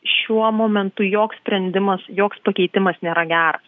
šiuo momentu joks sprendimas joks pakeitimas nėra geras